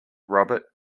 robert